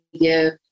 give